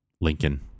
Lincoln